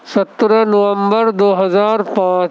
سترہ نومبر دو ہزار پانچ